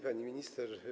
Pani Minister!